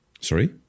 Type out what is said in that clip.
Sorry